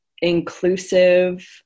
inclusive